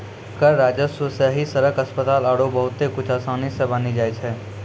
कर राजस्व सं ही सड़क, अस्पताल आरो बहुते कुछु आसानी सं बानी जाय छै